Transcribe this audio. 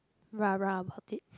ra ra about it